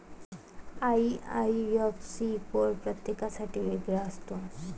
IIFC code प्रत्येकासाठी वेगळा असतो